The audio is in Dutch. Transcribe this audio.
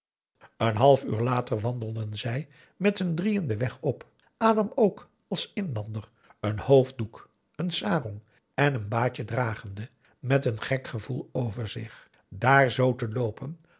een half uur later wandelden zij met hun drieën den weg op adam ook als inlander een hoofddoek een sarong en een baadje dragende met een gek gevoel over zich daar zoo te loopen